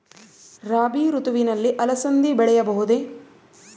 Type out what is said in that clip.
ರಾಭಿ ಋತುವಿನಲ್ಲಿ ಅಲಸಂದಿ ಬೆಳೆಯಬಹುದೆ?